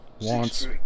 wants